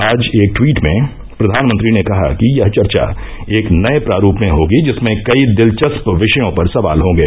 आज एक ट्वीट में प्रधानमंत्री ने कहा कि यह चर्चा एक नए प्रारूप में होगी जिसमें कई दिलचस्प विषयों पर सवाल होंगे